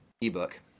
eBook